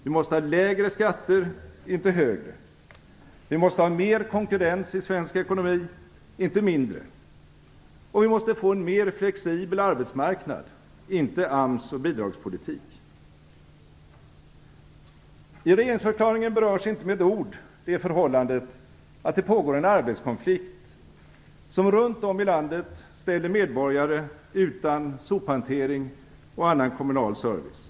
Vi måste ha lägre skatter - inte högre. Vi måste ha mer konkurrens i svensk ekonomi - inte mindre. Och vi måste få en mer flexibel arbetsmarknad - inte AMS och bidragspolitik. I regeringsförklaringen berörs inte med ett ord det förhållandet att det pågår en arbetskonflikt, som runt om i landet ställer medborgare utan sophantering och annan kommunal service.